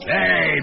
Hey